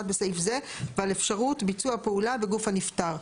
בסעיף זה ועל אפשרות ביצוע הפעולה בגוף הנפטר.